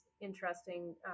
interesting